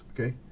okay